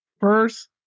first